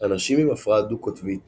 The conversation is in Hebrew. אנשים עם הפרעה דו-קוטבית